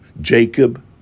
Jacob